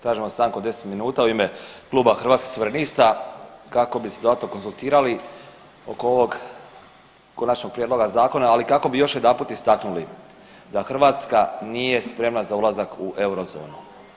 Tražimo stanku od 19 minuta u ime Kluba Hrvatskih suverenista kako bi se dodatno konzultirali oko ovog konačnog prijedloga zakona, ali kako bi još jednom istaknuli da Hrvatska nije spremna za ulazak u eurozonu.